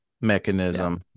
mechanism